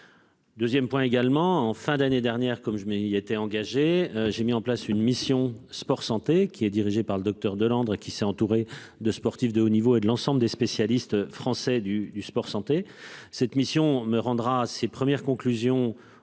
2ème point également en fin d'année dernière comme je, mais il était engagé. J'ai mis en place une mission sport santé qui est dirigée par le Docteur de l'ordre et qui s'est entouré de sportif de haut niveau et de l'ensemble des spécialistes français du, du sport santé, cette mission me rendra ses premières conclusions au